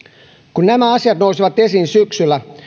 kun nämä asiat nousivat esiin syksyllä